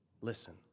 Listen